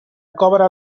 cobra